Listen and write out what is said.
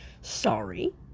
sorry